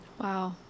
Wow